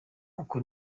uku